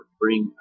bring